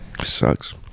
sucks